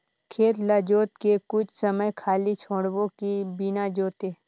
खेत ल जोत के कुछ समय खाली छोड़बो कि बिना जोते?